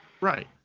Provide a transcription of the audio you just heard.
Right